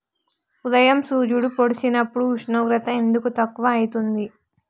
ఉదయం సూర్యుడు పొడిసినప్పుడు ఉష్ణోగ్రత ఎందుకు తక్కువ ఐతుంది?